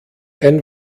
ein